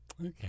Okay